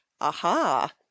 Aha